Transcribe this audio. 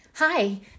Hi